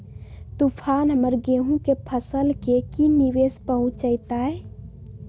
तूफान हमर गेंहू के फसल के की निवेस पहुचैताय?